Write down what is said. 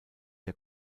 der